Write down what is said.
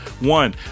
One